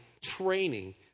training